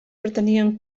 pretenien